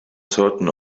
certain